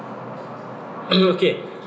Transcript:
are you okay